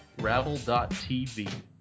Ravel.tv